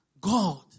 God